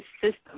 system